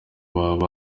baba